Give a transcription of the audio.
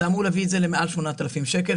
זה אמור להביא את זה למעל 8,000 שקלים,